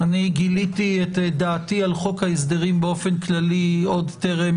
גיליתי את דעתי על חוק ההסדרים באופן כללי עוד טרם